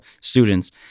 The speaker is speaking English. students